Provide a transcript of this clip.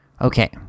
Okay